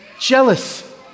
jealous